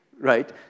right